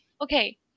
Okay